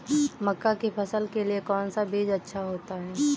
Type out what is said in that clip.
मक्का की फसल के लिए कौन सा बीज अच्छा होता है?